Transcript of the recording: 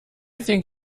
think